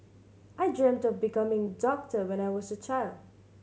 I dreamt of becoming a doctor when I was a child